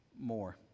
more